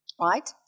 Right